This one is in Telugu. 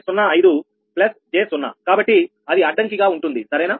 05 j 0కాబట్టి అది అడ్డంకిగా ఉంటుంది సరేనా